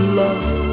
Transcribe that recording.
love